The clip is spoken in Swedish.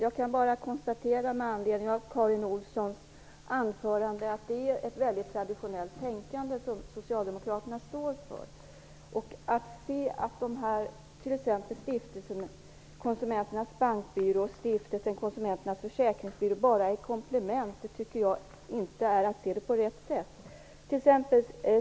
Fru talman! Med anledning av Karin Olssons anförande kan jag bara konstatera att socialdemokraterna står för ett mycket traditionellt tänkande. Att anse att t.ex. stiftelserna Konsumenternas Bankbyrå och Konsumenternas Försäkringsbyrå bara är komplement tycker jag inte är att se det på rätt sätt.